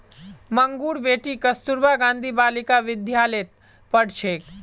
मंगूर बेटी कस्तूरबा गांधी बालिका विद्यालयत पढ़ छेक